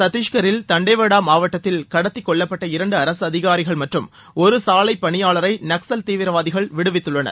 சத்தீஷ்கரில் தண்டேவாடா மாவட்டத்தில் கடத்தி செல்லப்பட்ட இரண்டு அரசு அதிகாரிகள் மற்றும் ஒரு சாலை பணியாளரை நக்சல் தீவிரவாதிகள் விடுவித்துள்ளனர்